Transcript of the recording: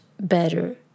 better